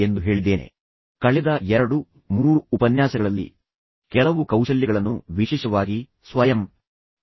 ಮತ್ತು ಅದನ್ನು ಮಾಡುವಾಗ ಕಾರ್ಪೊರೇಟ್ ರೀತಿಯ ವಿಧಾನಕ್ಕಿಂತ ಭಿನ್ನವಾಗಿ ನಾನು ನೀಡಿರುವ ಸಲಹೆ ಏನೆಂದರೆ ಯಾವಾಗಲೂ ಗೆಲುವು ಗೆಲುವಿನ ವಿಧಾನವನ್ನು ಗುರಿಯಾಗಿರಿಸಿಕೊಳ್ಳಿ ಎಂಬುದಾಗಿದೆ